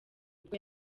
nibwo